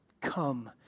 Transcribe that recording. come